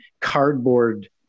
cardboard